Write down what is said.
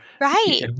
right